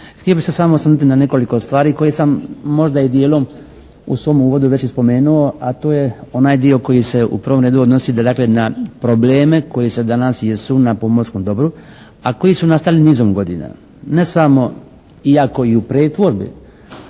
Htio bih se samo osvrnuti na nekoliko stvari koje sam možda i dijelom u svom uvodu već i spomenuo, a to je onaj dio koji se u prvom redu odnosi da dakle na probleme koji danas jesu na pomorskom dobru, a koji su nastali nizom godina, ne samo iako u pretvorbi